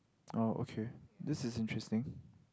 oh okay this is interesting